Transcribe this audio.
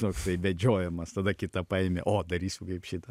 toksai vedžiojimas tada kitą paimi o darysiu kaip šitas